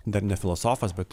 dar ne filosofas bet